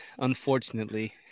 unfortunately